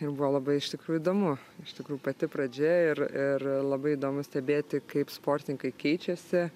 ir buvo labai iš tikrųjų įdomu iš tikrųjų pati pradžia ir ir labai įdomu stebėti kaip sportininkai keičiasi